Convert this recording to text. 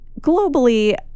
globally